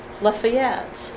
Lafayette